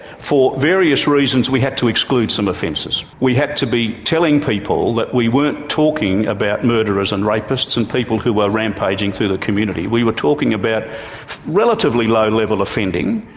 for various reasons we had to exclude some offences. we had to be telling people that we weren't talking about murderers and rapists and people who were rampaging through the community we were talking about relatively low and level offending,